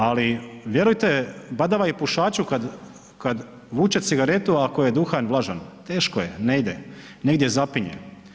Ali vjerujte badava i pušaću kad vuče cigaretu ako je duhan vlažan, teško je, ne ide, negdje zapinje.